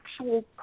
actual